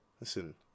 Listen